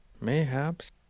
mayhaps